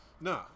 no